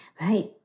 Right